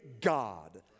God